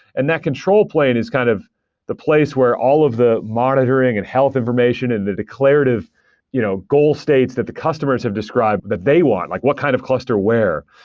and that control plane is kind of the place where all of the monitoring and health information and the declarative you know goal states that the customers have described that they want. like what kind of cluster where?